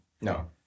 No